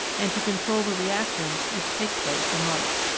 and to control the reactions which take place in life.